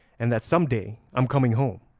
and that some day i'm coming home.